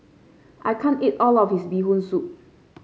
I can't eat all of this Bee Hoon Soup